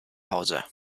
hause